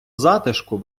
затишку